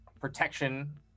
protection